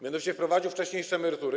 Mianowicie wprowadził wcześniejsze emerytury.